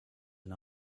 and